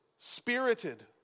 spirited